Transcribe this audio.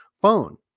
phone